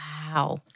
Wow